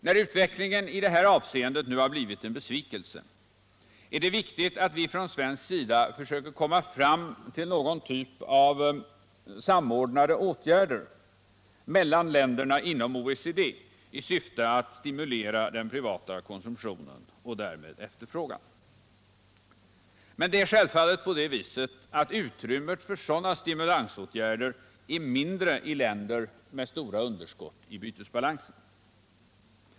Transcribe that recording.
När utvecklingen i detta avseende nu har blivit en besvikelse, är det viktigt att vi från svensk sida försöker komma fram till någon typ av samordnade åtgärder mellan länderna inom OECD i syfte att stimulera den privata konsumtionen och därmed efterfrågan. Men det är självfallet på det viset, att utrymmet för sådana stimulansåtgärder är mindre i länder med stora underskott i bytesbalansen.